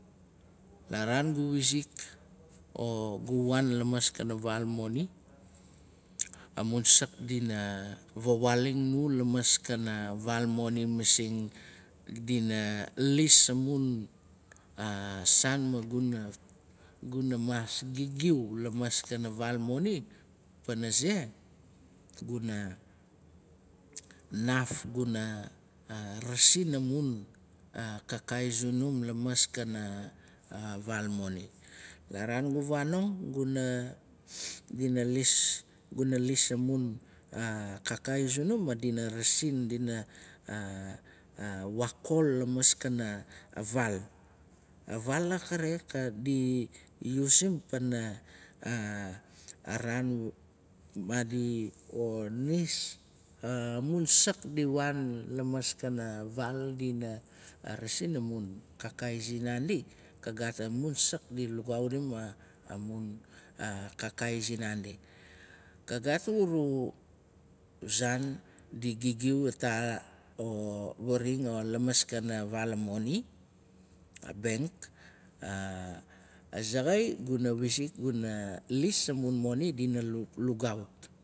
La raan gu wizik o, gu waan lamaskana vaal moni. amun sak dina vawaaling nu. lamaskana vaal moni. Masing. dina lis amun saan. maguna maas gigiu lamaskana vaal moni. panaze guna naaf guna rasin amun. kakaai sunum lamaskana. vaal moni. La raan gu vanong. guna. guna lis amun kakaai sunum. ma dina rasin o dina waakol lamaskana vaal. A vaal akare. di yusim pana a raan maadi. o nis amun sak di waan lamaskana vaal. dina rasin amun kakaai sin naandi. Ka gaat amun sak di lugautim amun kakaai sinnaandi. Ka gaat urua zaan di gigiu ata o varing o lamaskana vaal a moni. Benk. Azaxai. gu vizik guna lis amun moni dina lugaut.